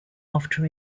after